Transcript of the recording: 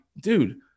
dude